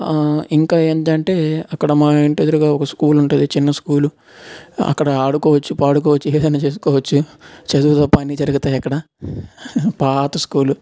ఇంకా ఏంటంటే అక్కడ మా ఇంటి ఎదురుగా స్కూల్ ఉంటుంది చిన్న స్కూల్ అక్కడ ఆడుకోవచ్చు పాడుకోవచ్చు ఏదైనా చేసుకోవచ్చు చదువు తప్ప అన్ని జరుగుతాయి అక్కడ పాత స్కూలు